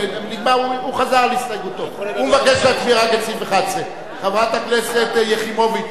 הוא מבקש להצביע עד סעיף 11. חברת הכנסת יחימוביץ,